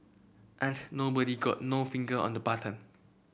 ain't nobody got no finger on the button